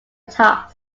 task